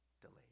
delayed